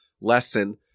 lesson